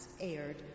aired